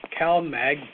CalMag